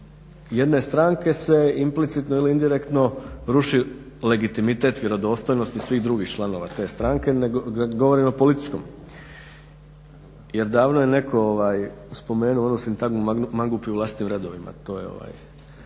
jedne stranke se implicitno ili indirektno ruši legitimitet, vjerodostojnost i svih drugih članova te stranke, nego govorim o političkom. Jer davno je netko spomenuo onu sintagmu mangupi u vlastitim redovima. Prema